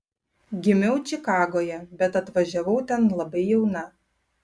gimiau čikagoje bet atvažiavau ten labai jauna